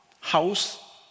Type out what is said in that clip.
House